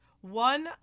one